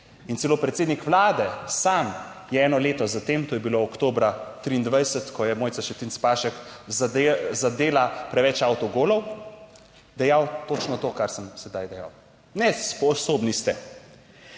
celo predsednik vlade sam je eno leto za tem, to je bilo oktobra 2023, ko je Mojca Šetinc Pašek zadela preveč avtogolov, dejal točno to, kar sem sedaj dejal: nesposobni ste.